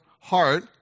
heart